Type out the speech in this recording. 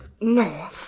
No